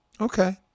Okay